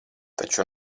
taču